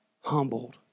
humbled